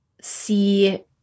see